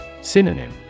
Synonym